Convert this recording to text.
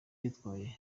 yitwaye